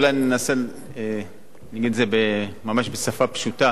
אולי ננסה להגיד את זה ממש בשפה פשוטה,